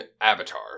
Avatar